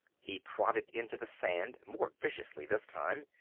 he prodded into the sand more viciously this time.